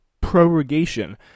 prorogation